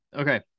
Okay